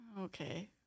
Okay